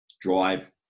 drive